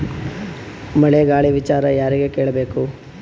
ಮಳೆ ಗಾಳಿ ವಿಚಾರ ಯಾರಿಗೆ ಕೇಳ್ ಬೇಕು?